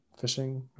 fishing